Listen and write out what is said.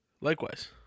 Likewise